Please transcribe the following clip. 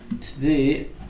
today